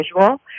visual